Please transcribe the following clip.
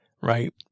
right